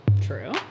True